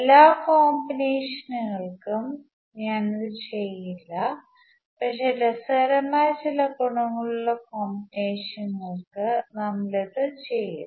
എല്ലാ കോമ്പിനേഷനുകൾക്കും ഞാൻ ഇത് ചെയ്യില്ല പക്ഷേ രസകരമായ ചില ഗുണങ്ങളുള്ള കോമ്പിനേഷനുകൾക്ക് നമ്മൾ ഇത് ചെയ്യും